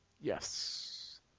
Yes